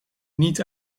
niet